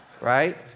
right